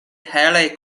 helaj